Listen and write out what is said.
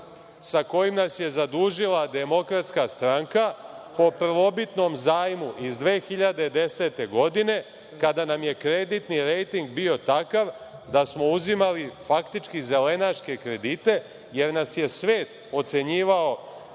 sa kojima nas je zadužila Demokratska stranka po prvobitnom zajmu iz 2010. godine, kada nam je kreditni rejting bio takav da smo uzimali faktički zelenaške kredite, jer nas je svet ocenjivao